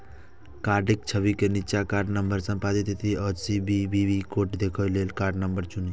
कार्डक छवि के निच्चा कार्ड नंबर, समाप्ति तिथि आ सी.वी.वी कोड देखै लेल कार्ड नंबर चुनू